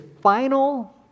final